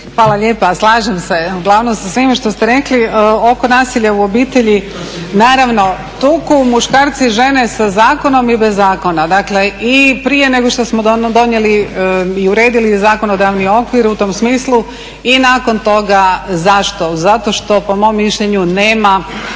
Hvala lijepa. Slažem se uglavnom sa svime što ste rekli. Oko nasilja u obitelji, naravno, tuku muškarci žene sa zakonom i bez zakona, dakle i prije nego što smo donijeli i uredili zakonodavni okvir u tom smislu i nakon toga. Zašto? Zato što po mom mišljenju nema